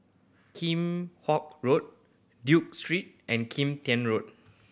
Hock Road Duke Street and Kim Tian Road